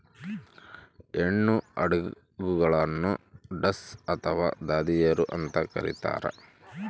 ಹೆಣ್ಣು ಆಡುಗಳನ್ನು ಡಸ್ ಅಥವಾ ದಾದಿಯರು ಅಂತ ಕರೀತಾರ